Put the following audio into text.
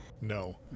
No